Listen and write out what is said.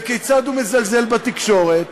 וכיצד הוא מזלזל בתקשורת,